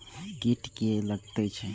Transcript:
कीट किये लगैत छै?